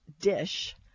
dish